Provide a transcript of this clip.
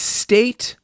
state